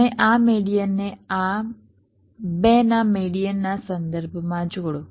તમે આ મેડીઅનને આ 2 ના મેડીઅનના સંદર્ભમાં જોડો